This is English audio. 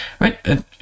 right